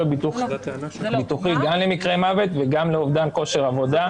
הביטוחי גם למקרה מוות וגם לאובדן כושר עבודה.